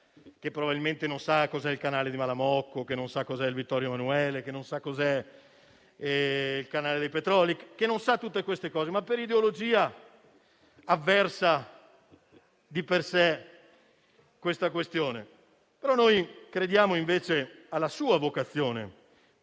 che probabilmente non sa cos'è il canale di Malamocco, non sa cos'è il Vittorio Emanuele, non sa cos'è il canale dei Petroli, non sa tutte queste cose, ma per ideologia avversa di per sé questa questione. Noi crediamo invece alla sua vocazione